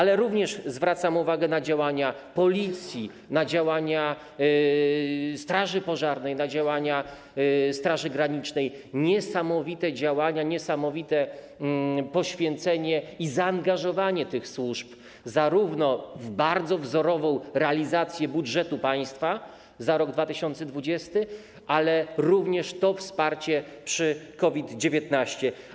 Zwracam również uwagę na działania Policji, na działania straży pożarnej, na działania Straży Granicznej, niesamowite działania, niesamowite poświęcenie i zaangażowanie tych służb w bardzo wzorową realizację budżetu państwa za rok 2020, ale również wsparcie przy COVID-19.